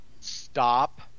stop